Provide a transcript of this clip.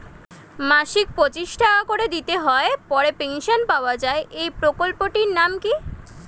মাসিক পঁচিশ টাকা করে দিতে হয় পরে পেনশন পাওয়া যায় এই প্রকল্পে টির নাম কি?